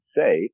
say